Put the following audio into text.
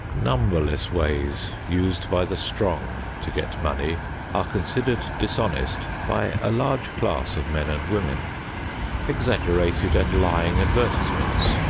numberless ways used by the strong to get money are considered dishonest by a large class of men and women exaggerated and lying advertisements,